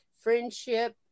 friendship